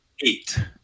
Eight